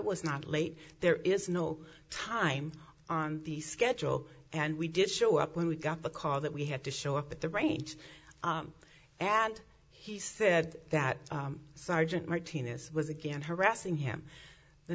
was not late there is no time on the schedule and we did show up when we got the car that we had to show up at the range and he said that sergeant martinez was again harassing him the